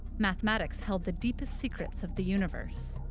mathematics held the deepest secrets of the universe.